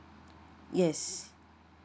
yes